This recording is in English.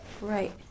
Right